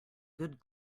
good